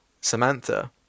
Samantha